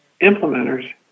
implementers